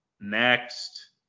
Next